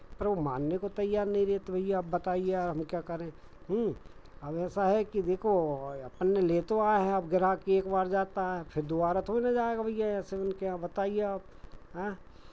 पर वो मानने को तैयार नहीं रहे तो भैया अब बताइए यार हमें क्या करें अब ऐसा है कि देखो हमने ले तो आए हैं अब ग्राहक कि एक बार जाता है फिर दोबारा थोड़ी ना जाएगा भैया ऐसे उनके यहाँ बताइए आप हाँ